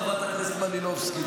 חברת הכנסת מלינובסקי.